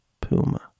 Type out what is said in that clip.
Puma